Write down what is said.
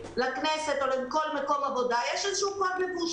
לכנסת או לכל מקום עבודה יש איזשהו קוד לבוש.